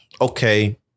okay